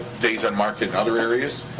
days on market in other areas.